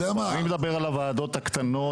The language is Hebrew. אני מדבר על הוועדות הקטנות.